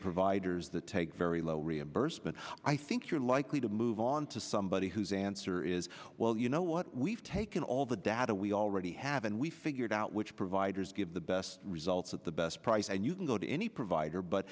providers that take very low reimbursement i think you're likely to move on to somebody who's answer is well you know what we've taken all the data we already have and we figured out which providers give the best results with the best price and you can go to any provider but